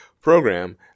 program